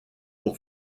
pour